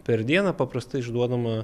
per dieną paprastai išduodama